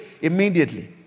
immediately